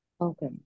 Okay